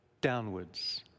downwards